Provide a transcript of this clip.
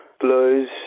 blues